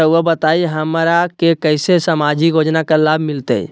रहुआ बताइए हमरा के कैसे सामाजिक योजना का लाभ मिलते?